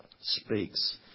speaks